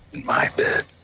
my bed.